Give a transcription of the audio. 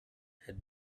had